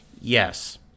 Yes